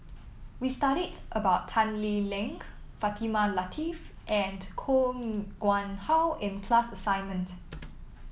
we studied about Tan Lee Leng Fatimah Lateef and Koh Nguang How in class assignment